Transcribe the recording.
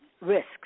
risks